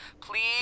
Please